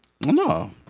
No